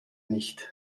nicht